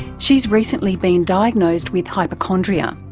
she has recently been diagnosed with hypochondria,